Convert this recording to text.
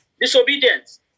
disobedience